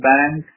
Bank